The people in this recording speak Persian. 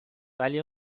ولی